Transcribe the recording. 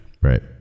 Right